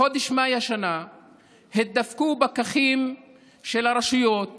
בחודש מאי השנה התדפקו פקחים של הרשויות